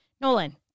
Nolan